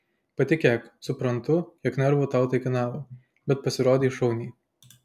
patikėk suprantu kiek nervų tau tai kainavo bet pasirodei šauniai